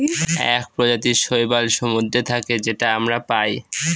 এক প্রজাতির শৈবাল সমুদ্রে থাকে যেটা আমরা পায়